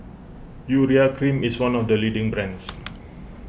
Urea Cream is one of the leading brands